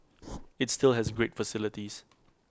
IT still has great facilities